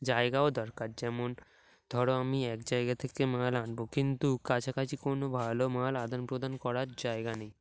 জায়গাও দরকার যেমন ধরো আমি এক জায়গা থেকে মাল আনব কিন্তু কাছাকাছি কোনো ভালো মাল আদান প্রদান করার জায়গা নেই